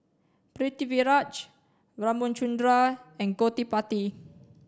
Pritiviraj Ramchundra and Gottipati